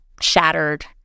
shattered